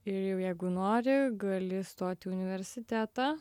ir jau jeigu nori gali stoti į universitetą